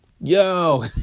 Yo